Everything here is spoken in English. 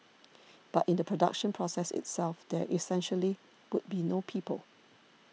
but in the production process itself there essentially would be no people